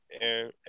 Air